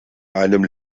einem